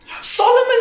Solomon